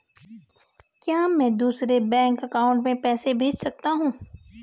क्या मैं दूसरे बैंक अकाउंट में पैसे भेज सकता हूँ?